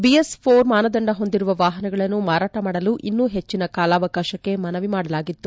BS ಳ ಮಾನದಂಡ ಹೊಂದಿರುವ ವಾಹನಗಳನ್ನು ಮಾರಾಟ ಮಾಡಲು ಇನ್ನೂ ಹೆಚ್ಚಿನ ಕಾಲಾವಕಾಶಕ್ಕೆ ಮನವಿ ಮಾಡಲಾಗಿತ್ತು